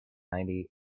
ninety